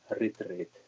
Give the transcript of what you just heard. retreat